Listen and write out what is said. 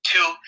Two